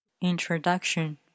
Introduction